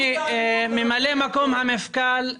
ממלא מקום המפכ"ל,